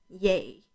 yay